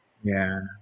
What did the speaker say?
ya